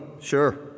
sure